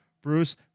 Bruce